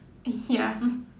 ya